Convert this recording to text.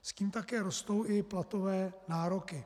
S tím také rostou i platové nároky.